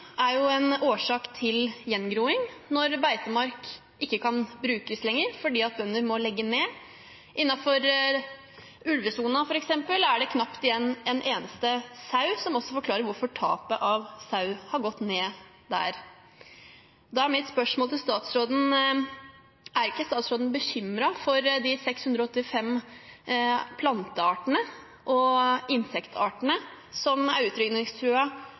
er jo en årsak til gjengroing når beitemark ikke lenger kan brukes fordi bønder må legge ned. Innenfor ulvesonen er det f.eks. knapt igjen en eneste sau, noe som også forklarer hvorfor tapet av sau har gått ned der. Da er mitt spørsmål til statsråden: Er ikke statsråden bekymret for de 685 plante- og insektartene som er